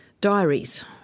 Diaries